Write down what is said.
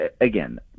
again